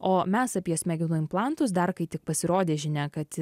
o mes apie smegenų implantus dar kai tik pasirodė žinia kad